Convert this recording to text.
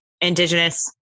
indigenous